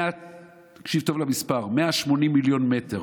תקשיב טוב למספר, 180 מיליון מטר